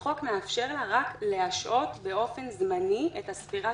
החוק מאפשר לה רק להשהות באופן זמני את הספירה